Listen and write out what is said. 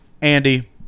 Andy